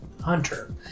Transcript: Hunter